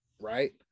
right